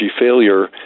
Failure